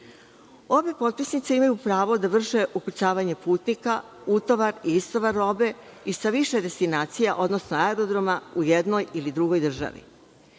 Obe potpisnice imaju pravo da vrše ukrcavanje putnika, utovar i istovar robe i sa više destinacija, odnosno aerodroma u jednoj ili drugoj